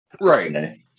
Right